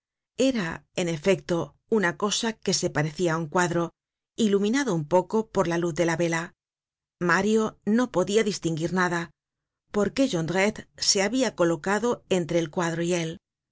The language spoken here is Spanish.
era en efecto una cosa que se parecia á un cuadro iluminado un poco por la luz de la vela mario no podia distinguir nada porque jondrette se habia colocado entre el cuadro y él